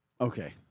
Okay